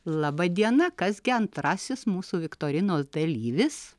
laba diena kas gi antrasis mūsų viktorinos dalyvis